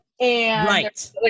Right